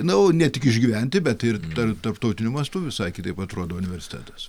na o ne tik išgyventi bet ir tar tarptautiniu mastu visai kitaip atrodo universitetas